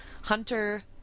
Hunter